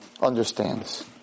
understands